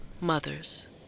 mothers